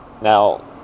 now